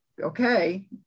okay